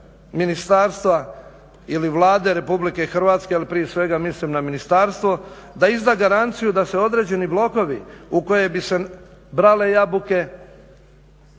ministarstva ili Vlade Republike Hrvatske jer prije svega mislim na ministarstvo da izda garanciju da se određeni blokovi u koje bi se brale jabuke